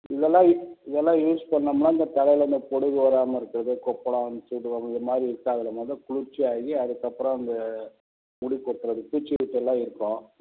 இதெல்லாம் யூ இதெல்லாம் யூஸ் பண்ணோம்னா இந்தத் தலையில் இந்தப் பொடுகு வராமல் இருக்கிறது கொப்பளம் அந்த சூடு இந்த மாதிரி இருக்காதுல மொதோ குளிர்ச்சியாகி அதுக்கப்புறம் அந்த முடி கொட்டுறது பூச்சிவெட்டு எல்லாம் இருக்கும்